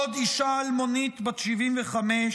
עוד אישה אלמונית, בת 75,